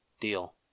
Deal